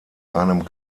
einem